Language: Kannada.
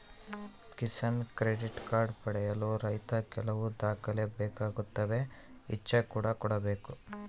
ಕಿಸಾನ್ ಕ್ರೆಡಿಟ್ ಕಾರ್ಡ್ ಪಡೆಯಲು ರೈತ ಕೆಲವು ದಾಖಲೆ ಬೇಕಾಗುತ್ತವೆ ಇಚ್ಚಾ ಕೂಡ ಬೇಕು